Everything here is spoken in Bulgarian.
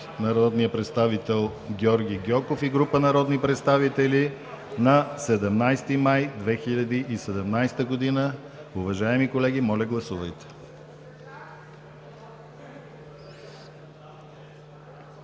народния представител Георги Гьоков и група народни представители на 17 май 2017 г. Уважаеми колеги, моля гласувайте.